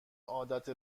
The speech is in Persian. عادت